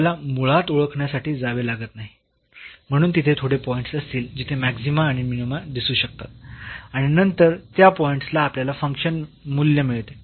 आपल्याला मुळात ओळखण्यासाठी जावे लागत नाही म्हणून तिथे थोडे पॉईंट्स असतील जिथे मॅक्सीमा आणि मिनीमा दिसू शकतात आणि नंतर त्या पॉईंट्सला आपल्याला फंक्शन मूल्य मिळते